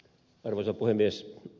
arvoisa puhemies